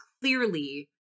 clearly